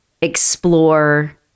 explore